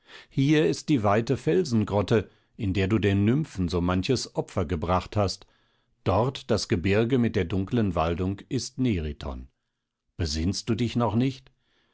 hier ist die weite felsengrotte in der du den nymphen so manches opfer gebracht hast dort das gebirge mit der dunkeln waldung ist neriton besinnst du dich noch nicht